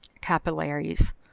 capillaries